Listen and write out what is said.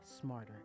smarter